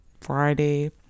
Friday